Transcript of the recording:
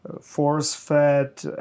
force-fed